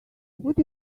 would